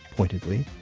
pointedly,